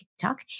TikTok